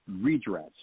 redress